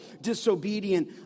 disobedient